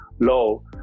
low